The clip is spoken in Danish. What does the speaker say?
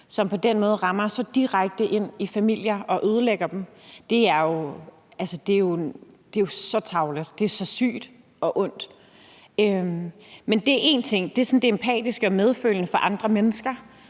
måde rammer så direkte ind i familier og ødelægger dem, er jo så tarveligt. Det er så sygt og ondt. Men det er én ting. Det er sådan det empatiske og medfølende i forhold til andre mennesker,